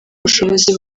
ubushobozi